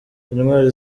intwari